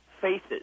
faces